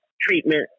treatment